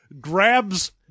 grabs